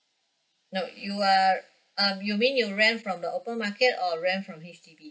no you are um you mean you rent from the open market or rent from H_D_B